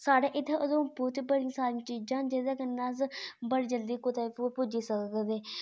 साढ़े इ'त्थें उधमपुर च बड़ी सारी चीज़ा न जेह्दे कन्नै अस बड़ी जल्दी कूदै बी पुज्जी सकदे